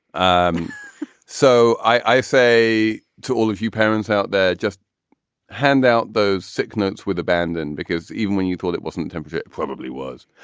um so i say to all of you parents out there, just hand out those sick notes with abandon, because even when you thought it wasn't temperature, it probably was.